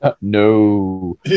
no